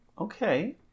okay